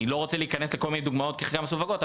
אני לא רוצה להיכנס לכל מיני דוגמאות כי חלקן מסווגות,